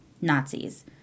Nazis